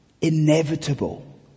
inevitable